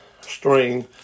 string